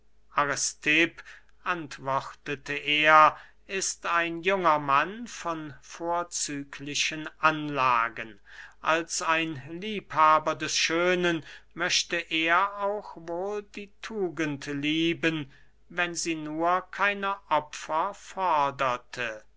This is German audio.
antwortete er ist ein junger mann von vorzüglichen anlagen als ein liebhaber des schönen möchte er auch wohl die tugend lieben wenn sie nur keine opfer forderte